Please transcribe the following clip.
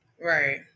Right